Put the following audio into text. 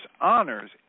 honors